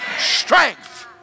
Strength